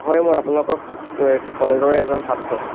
হয় মই আপোনালোকৰ ক কলেজৰে এজন ছাত্ৰ